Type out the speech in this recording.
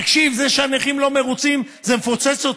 תקשיב, זה שהנכים לא מרוצים זה מפוצץ אותי,